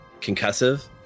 concussive